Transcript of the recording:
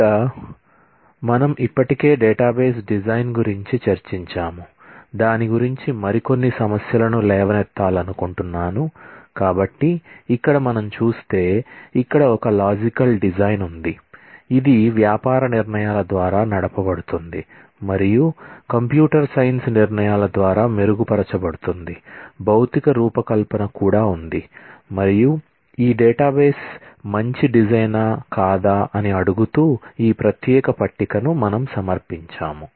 ఇక మనం ఇప్పటికే డేటాబేస్ డిజైన్ ఉంది ఇది వ్యాపార నిర్ణయాల ద్వారా నడపబడుతుంది మరియు కంప్యూటర్ సైన్స్ నిర్ణయాల ద్వారా మెరుగుపరచబడుతుంది భౌతిక రూపకల్పన కూడా ఉంది మరియు ఈ డేటాబేస్ మంచి డిజైన్ ఏన కాదా అని అడుగుతూ ఈ ప్రత్యేక పట్టికను మనం సమర్పించాము